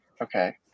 Okay